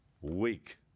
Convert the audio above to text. week